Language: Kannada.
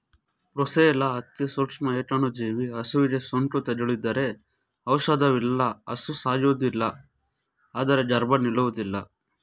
ಬ್ರುಸೆಲ್ಲಾ ಅತಿಸೂಕ್ಷ್ಮ ಏಕಾಣುಜೀವಿ ಹಸುವಿಗೆ ಸೋಂಕು ತಗುಲಿತೆಂದರೆ ಔಷಧವಿಲ್ಲ ಹಸು ಸಾಯುವುದಿಲ್ಲ ಆದ್ರೆ ಗರ್ಭ ನಿಲ್ಲುವುದಿಲ್ಲ